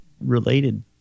related